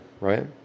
Right